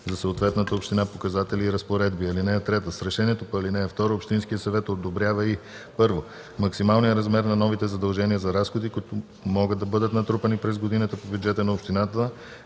за съответната община показатели и разпоредби. (3) С решението по ал. 2 общинският съвет одобрява и: 1. максималния размер на новите задължения за разходи, които могат да бъдат натрупани през годината по бюджета на общината,